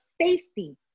safety